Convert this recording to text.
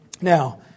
Now